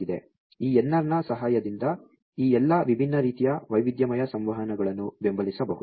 ಈ NR ನ ಸಹಾಯದಿಂದ ಈ ಎಲ್ಲಾ ವಿಭಿನ್ನ ರೀತಿಯ ವೈವಿಧ್ಯಮಯ ಸಂವಹನಗಳನ್ನು ಬೆಂಬಲಿಸಬಹುದು